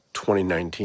2019